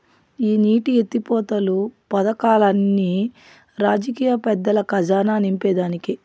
ఈ నీటి ఎత్తిపోతలు పదకాల్లన్ని రాజకీయ పెద్దల కజానా నింపేదానికే